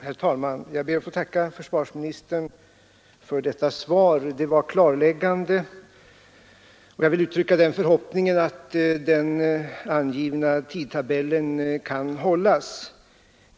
Herr talman! Jag ber att få tacka försvarsministern för detta svar. Det var klarläggande. Jag vill uttrycka den förhoppningen att den angivna tidtabellen kan hållas.